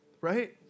right